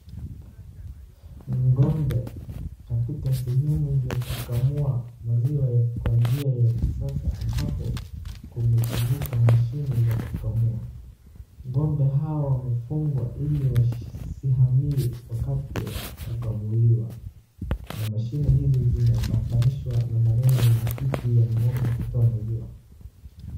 Ng'ombe katika sehemu ya kukamua maziwa kwa njia ya kisasa ambapo kumetumika mashine za kukamua. Ng'ombe hao wamefungwa ili wasihamie wakati wa kukamuliwa. Na mashine hizo zimeambatanishwa na maeneo ya matiti ya ng'ombe kutoa maziwa.